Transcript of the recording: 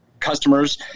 customers